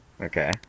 Okay